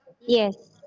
Yes